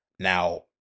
Now